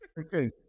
Okay